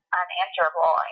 unanswerable